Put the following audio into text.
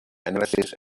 analysis